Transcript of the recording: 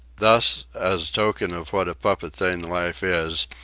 thus, as token of what a puppet thing life is,